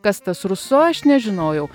kas tas ruso aš nežinojau